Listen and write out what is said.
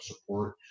support